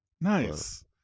Nice